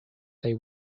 they